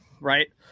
right